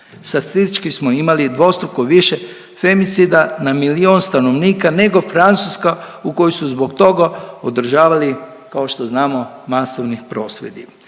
Statistički smo imali dvostruko više femicida na milijun stanovnika nego Francuska u koju su zbog toga, održavali, kao što znamo, masovnih prosvjedi.